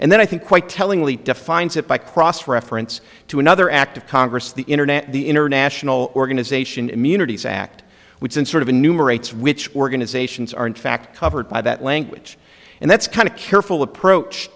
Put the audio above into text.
and then i think quite tellingly defines it by cross reference to another act of congress the internet the international organization immunities act which in sort of a numerate switch organisations are in fact covered by that language and that's kind of careful approach